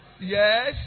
Yes